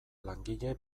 langile